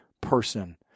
person